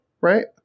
right